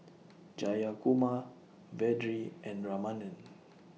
Jayakumar Vedre and Ramanand